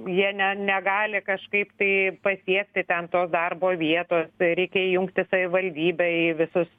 jie ne negali kažkaip tai pasiekti ten tos darbo vietos reikia įjungti savivaldybę į visus